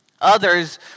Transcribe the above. Others